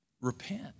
repent